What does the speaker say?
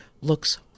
looks